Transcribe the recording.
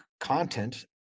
content